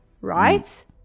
right